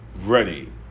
ready